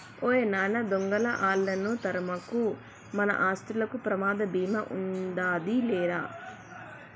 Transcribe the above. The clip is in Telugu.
ఓ నాయన దొంగలా ఆళ్ళను తరమకు, మన ఆస్తులకు ప్రమాద భీమా ఉందాది లేరా